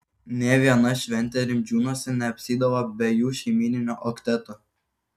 nė viena šventė rimdžiūnuose neapsieidavo be jų šeimyninio okteto